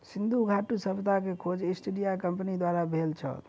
सिंधु घाटी सभ्यता के खोज ईस्ट इंडिया कंपनीक द्वारा भेल छल